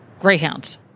greyhounds